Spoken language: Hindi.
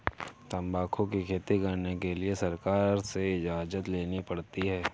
तंबाकू की खेती करने के लिए सरकार से इजाजत लेनी पड़ती है